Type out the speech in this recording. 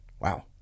Wow